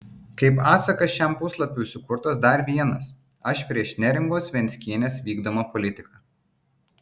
kaip atsakas šiam puslapiui sukurtas dar vienas aš prieš neringos venckienės vykdomą politiką